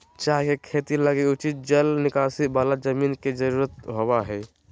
चाय के खेती लगी उचित जल निकासी वाला जमीन के जरूरत होबा हइ